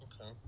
Okay